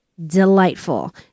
Delightful